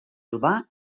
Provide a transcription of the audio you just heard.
urbà